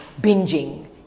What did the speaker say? binging